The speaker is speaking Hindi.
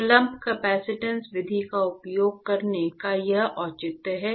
तो लम्प कपसिटंस विधि का उपयोग करने का यह औचित्य है